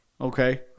okay